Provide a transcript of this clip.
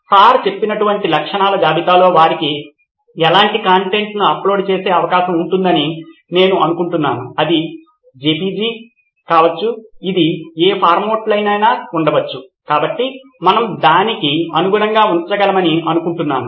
sir చెప్పినటువంటి లక్షణాల జాబితాలో వారికి ఎలాంటి కంటెంట్ను అప్లోడ్ చేసే అవకాశం ఉంటుందని నేను అనుకుంటున్నాను అది జెపిఇజి కావచ్చు అది ఏ ఫార్మాట్లోనైనా ఉండవచ్చు కాబట్టి మనం దానికి అనుగుణంగా ఉంచగలమని అనుకుంటున్నాను